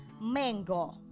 mango